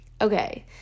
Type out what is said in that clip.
Okay